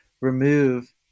remove